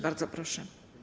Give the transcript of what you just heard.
Bardzo proszę.